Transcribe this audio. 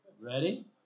ready